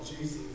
Jesus